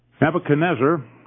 Nebuchadnezzar